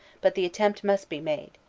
but the attempt must be made.